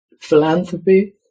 philanthropy